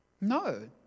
No